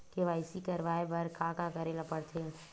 KYC करवाय बर का का करे ल पड़थे?